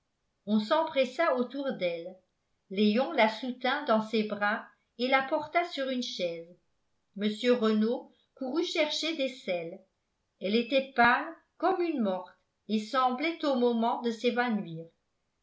on s'empressa autour d'elle léon la soutint dans ses bras et la porta sur une chaise mr renault courut chercher des sels elle était pâle comme une morte et semblait au moment de s'évanouir